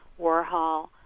Warhol